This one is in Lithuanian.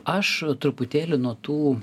aš truputėlį nuo tų